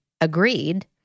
agreed